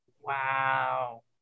Wow